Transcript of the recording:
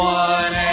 one